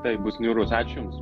tai bus niūrus ačiū jums